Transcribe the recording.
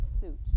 suit